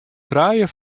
trije